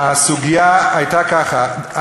הסוגיה הייתה ככה,